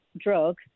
drug